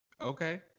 okay